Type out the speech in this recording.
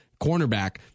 cornerback